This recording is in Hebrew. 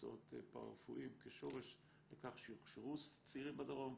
מקצועות פרה-רפואיים כשורש לכך שיוכשרו צעירים בדרום,